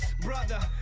brother